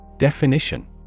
Definition